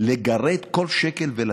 לגרד כל שקל ולתת,